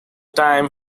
time